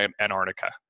Antarctica